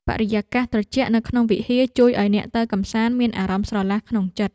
បរិយាកាសត្រជាក់នៅក្នុងវិហារ ជួយឱ្យអ្នកទៅកម្សាន្តមានអារម្មណ៍ស្រឡះក្នុងចិត្ត។